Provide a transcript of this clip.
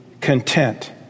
content